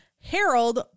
Harold